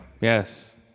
Yes